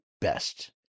best